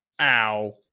Ow